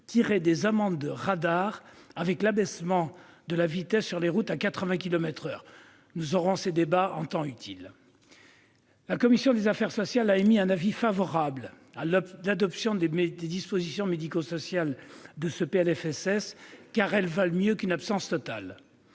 tiré des amendes radars avec l'abaissement de la vitesse sur les routes à 80 kilomètres par heure. Nous aurons ces débats en temps utile. La commission des affaires sociales a émis un avis favorable à l'adoption des dispositions médico-sociales de ce PLFSS, celles-ci valant mieux qu'une absence totale